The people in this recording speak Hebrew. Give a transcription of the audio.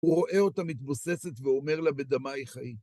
הוא רואה אותה מתבוססת ואומר לה, בדמייך חיי.